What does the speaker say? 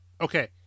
okay